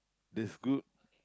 that's good